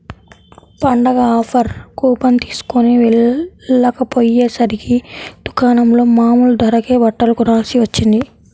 పండగ offer coupon తీస్కొని వెళ్ళకపొయ్యేసరికి దుకాణంలో మామూలు ధరకే బట్టలు కొనాల్సి వచ్చింది